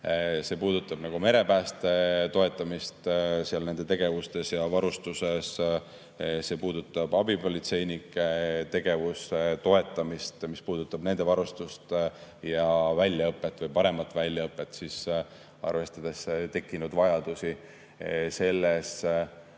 See puudutab merepääste toetamist nende tegevustes ja varustuses. See puudutab abipolitseinike tegevuse toetamist, mis puudutab nende varustust ja väljaõpet või paremat väljaõpet, arvestades tekkinud vajadusi. Selles